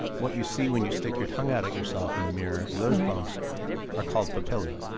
what you see when you stick your tongue out at yourself in the mirror, those bumps are called papillae.